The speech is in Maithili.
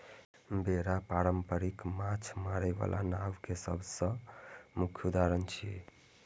बेड़ा पारंपरिक माछ मारै बला नाव के सबसं मुख्य उदाहरण छियै